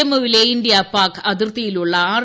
ജമ്മുവിലെ ഇന്ത്യ പാക് അതിർത്തിയിലുള്ള ആർ